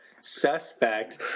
suspect